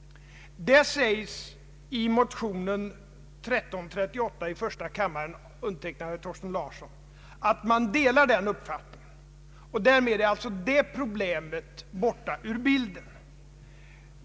I motion I: 1338 av herr Thorsten Larsson m.fl. sägs att man delar denna uppfattning. Därmed är alltså det problemet borta ur bilden.